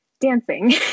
dancing